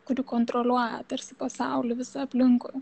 kuri kontroliuoja tarsi pasaulį visą aplinkui